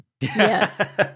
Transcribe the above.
Yes